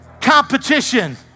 Competition